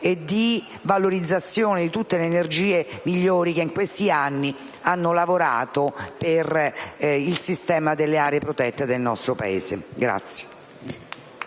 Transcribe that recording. e di valorizzazione di tutte le energie migliori che in questi anni hanno lavorato per il sistema delle aree protette del nostro Paese.